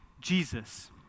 Jesus